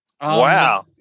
Wow